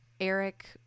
Eric